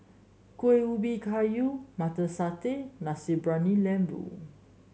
Kueh Ubi Kayu Mutton Satay Nasi Briyani Lembu